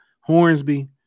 Hornsby